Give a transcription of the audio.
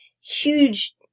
Huge